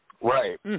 Right